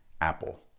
Apple